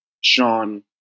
Sean